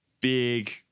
big